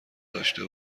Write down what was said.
داشته